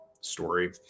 story